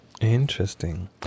Interesting